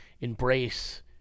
embrace